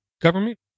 government